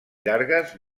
llargues